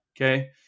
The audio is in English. Okay